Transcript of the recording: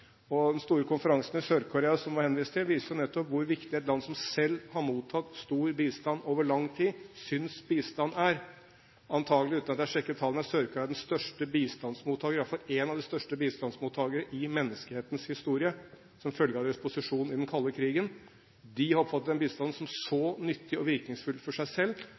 Den store konferansen i Sør-Korea som det var henvist til, viser jo nettopp hvor viktig et land som selv har mottatt stor bistand over lang tid, synes bistand er. Antakelig, uten at jeg har sjekket tallene, er Sør-Korea den største bistandsmottaker – iallfall en av de største bistandsmottakere – i menneskehetens historie, som følge av deres posisjon i den kalde krigen. De har oppfattet den bistanden som så nyttig og virkningsfull for seg selv